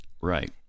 Right